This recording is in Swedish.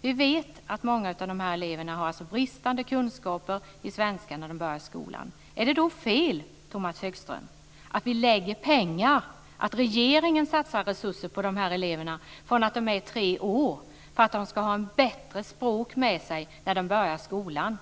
Vi vet att många av de här eleverna har bristande kunskaper i svenska när de börjar skolan. Är det då fel, Tomas Högström, att vi lägger pengar, att regeringen satsar resurser på de här eleverna från det att de är tre år för att de ska ha ett bättre språk med sig när de börjar skolan?